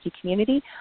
community